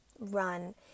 run